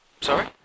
Sorry